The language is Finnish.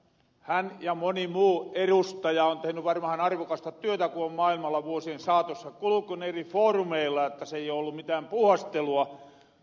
hän ja moni muu erustaja on tehny varmahan arvokasta työtä kun on maailmalla vuosien saatossa kulkenu eri foorumeilla se ei oo ollu mitään puuhastelua